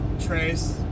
Trace